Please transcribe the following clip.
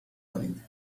کنید